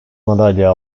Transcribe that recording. madalya